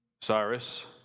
Cyrus